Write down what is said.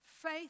Faith